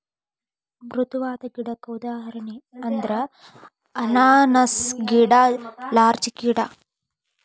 ಮೃದುವಾದ ಗಿಡಕ್ಕ ಉದಾಹರಣೆ ಅಂದ್ರ ಅನಾನಸ್ ಗಿಡಾ ಲಾರ್ಚ ಗಿಡಾ